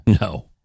No